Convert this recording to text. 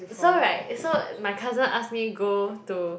so right so my cousin ask me go to